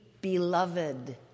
beloved